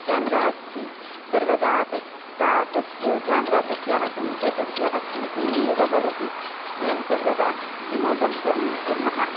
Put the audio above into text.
camera अस्ति सर्वदा तस् सा तत् केमेरा तस्याः समीपे तस्याः स्यूते एव भवति वयं सर्वदा विनोदं कर्म कुर्मः